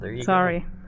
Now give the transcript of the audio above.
Sorry